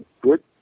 good